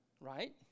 Right